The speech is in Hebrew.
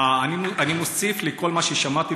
אני מוסיף לכל מה ששמעתי,